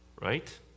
right